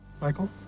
Michael